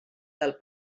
del